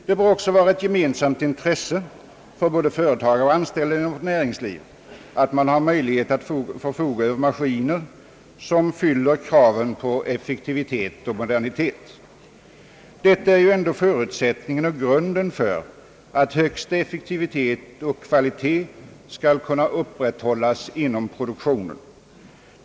Det bör också vara ett gemensamt intresse för både företagare och anställda i vårt näringsliv att man har möjlighet att förfoga över maskiner som fyller kraven på effektivitet och modernitet; detta är ju ändå förutsättningen och grunden för att högsta effektivitet och kvalitet skall kunna upprätthållas inom produktionen.